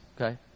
okay